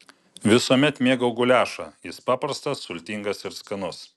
visuomet mėgau guliašą jis paprastas sultingas ir skanus